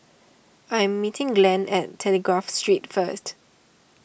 I am meeting Glenn at Telegraph Street first